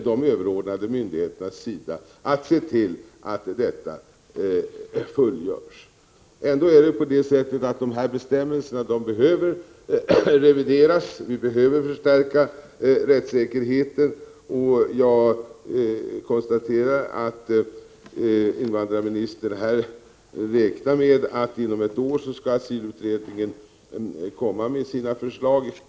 De överordnade myndigheterna har ansvar för att se till att detta fullgörs. Bestämmelserna behöver ändå revideras — vi behöver förstärka rättssäkerheten. Jag konstaterar att invandrarministern räknar med att asylutredningen skall framlägga sina förslag inom ett år.